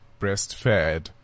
breastfed